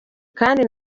kandi